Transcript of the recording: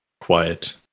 quiet